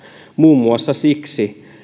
muun muassa siksi